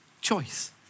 Choice